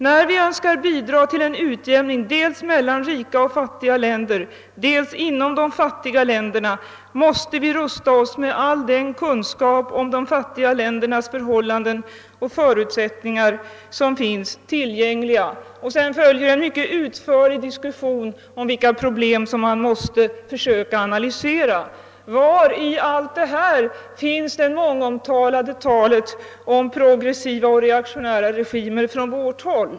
När vi önskar bidrag till en utjämning, dels mellan rika och fattiga länder, dels inom de fattiga länderna, måste vi rusta oss med all den kunskap om de fattiga ländernas förhållanden och förutsättningar som finns tillgänglig.» Sedan följer en mycket utförlig diskussion om vilka problem man måste försöka analysera. Var i allt detta finns det mångomtalade talet från vårt håll om progressiva och reaktionära regimer?